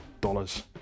dollars